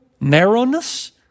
narrowness